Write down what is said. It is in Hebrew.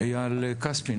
אייל כספי.